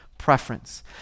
preference